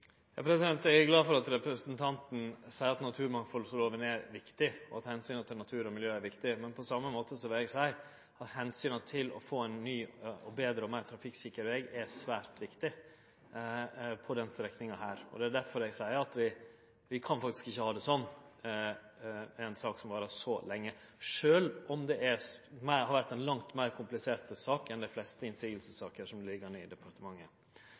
Eg er glad for at representanten seier at naturmangfaldlova er viktig, og at omsynet til natur og miljø er viktig. Samtidig vil eg seie at omsynet til å få ein ny, betre og meir trafikksikker veg på denne strekninga er svært viktig. Det er derfor eg seier at vi faktisk ikkje kan ha det slik at ei sak varer så lenge – sjølv om dette har vore ei langt meir komplisert sak enn dei fleste motsegnssaker som vert liggjande i departementet.